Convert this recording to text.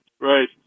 Right